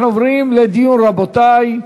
אנחנו עוברים לדיון, רבותי.